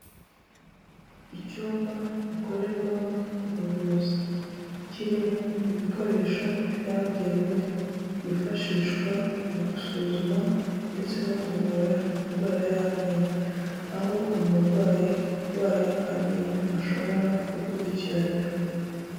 Icyumba gikorerwamo ubuvuzi kirimo ibikoresho byabugenewe byifashishwa mu gusuzuma ndetse no kuvura indwara y'amenyo aho umurwayi urwaye amenyo ashobora gukurikiranirwa.